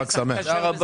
חג שמח לכולם.